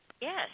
Yes